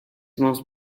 must